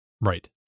right